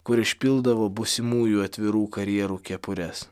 kur išpildavo būsimųjų atvirų karjerų kepures